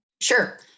Sure